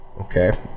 Okay